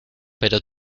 pero